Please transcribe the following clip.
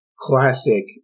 Classic